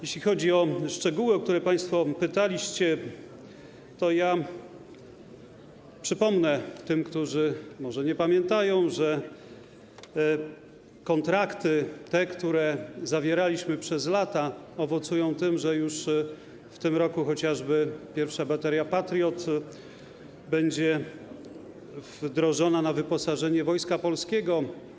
Jeśli chodzi o szczegóły, o które państwo pytaliście, to przypomnę tym, którzy może nie pamiętają, że kontrakty, które zawieraliśmy przez lata, owocują tym, że już w tym roku chociażby pierwsza bateria Patriot będzie wdrożona, jeżeli chodzi o wyposażenie Wojska Polskiego.